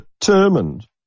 determined